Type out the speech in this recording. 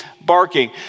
barking